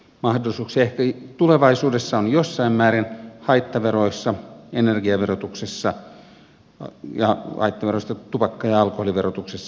mahdollisuuksia ehkä tulevaisuudessa on jossain määrin haittaveroissa ja energiaverotuksessa haittaveroista tupakka ja alkoholiverotuksessa